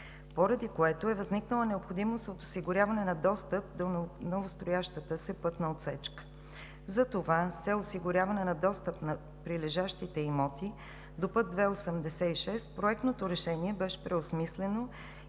поради което е възникнала необходимост от осигуряване на достъп до новостроящата се пътна отсечка. С цел осигуряване достъп на прилежащите имоти до път II-86 проектното решение беше преосмислено